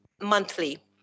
monthly